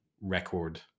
record